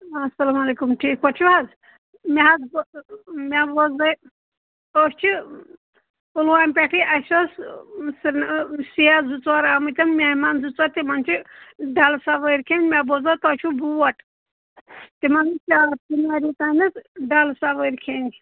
اَلسلامُ علیکُم ٹھیٖک پٲٹھۍ چھُو حظ مےٚ حظ أسۍ چھِ پُلوامہِ پٮ۪ٹھٕے اَسہِ ٲس سیف زٕ ژور آمٕتۍ مہمان زٕ ژور تِمَن چھِ ڈَلہٕ سَوٲرۍ کھیٚنۍ مےٚ بوزو تۄہہِ چھُو بوٹ تِمَن کیٛاہ تِمَن ڈلہٕ سَوٲرۍ کھیٚنہِ